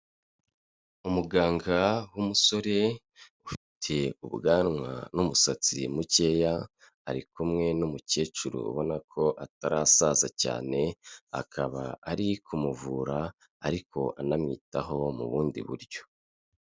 Umuganga w'umusore ufite ubwanwa n'umusatsi mukeya, ari kumwe n'umukecuru ubona ko atarasaza cyane, akaba ari kumuvura ariko anamwitaho mu bundi buryo.